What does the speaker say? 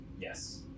Yes